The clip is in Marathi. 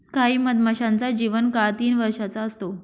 काही मधमाशांचा जीवन काळ तीन वर्षाचा असतो